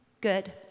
good